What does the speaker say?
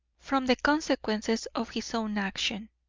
from the consequences of his own action.